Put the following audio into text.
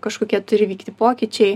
kažkokie turi vykti pokyčiai